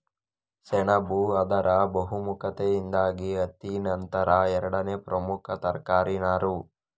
ಸೆಣಬು ಅದರ ಬಹುಮುಖತೆಯಿಂದಾಗಿ ಹತ್ತಿ ನಂತರ ಎರಡನೇ ಪ್ರಮುಖ ತರಕಾರಿ ನಾರು